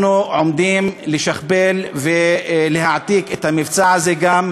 אנחנו עומדים לשכפל ולהעתיק את המבצע הזה גם